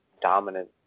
dominant